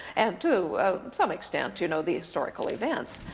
and to some extent, you know the historical events.